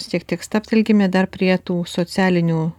šiek tiek stabtelkime dar prie tų socialinių